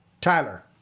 Tyler